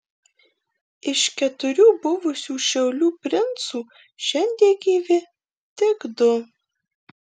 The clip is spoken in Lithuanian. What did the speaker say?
iš keturių buvusių šiaulių princų šiandien gyvi tik du